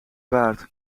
waard